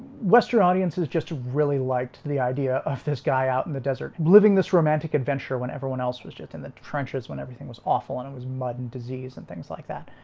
western audiences just really liked the idea of this guy out in the desert living this romantic adventure when everyone else was just in the trenches when everything was awful and it was mud and disease and things like that